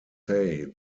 say